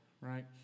right